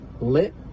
lit